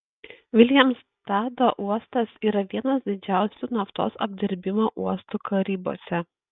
vilemstado uostas yra vienas didžiausių naftos apdirbimo uostų karibuose